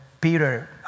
Peter